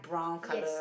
yes